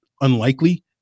unlikely